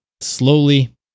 slowly